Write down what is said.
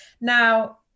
Now